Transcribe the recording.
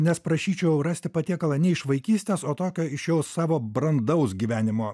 nes prašyčiau rasti patiekalą ne iš vaikystės o tokio iš jau savo brandaus gyvenimo